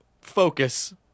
focus